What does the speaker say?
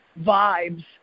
vibes